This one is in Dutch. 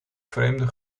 vreemde